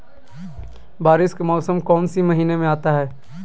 बारिस के मौसम कौन सी महीने में आता है?